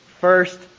first